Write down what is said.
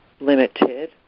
limited